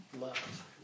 love